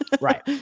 Right